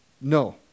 No